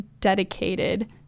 dedicated